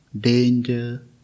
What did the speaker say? danger